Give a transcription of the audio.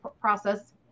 process